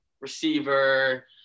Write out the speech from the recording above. receiver